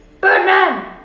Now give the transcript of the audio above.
Birdman